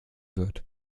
wird